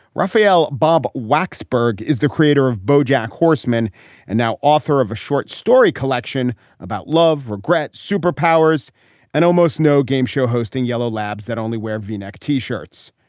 rafaelle bob wacs. berg is the creator of bojack horseman and now author of a short story collection about love, regret, superpower's and almost no game show hosting yellow labs that only wear v-neck t shirts.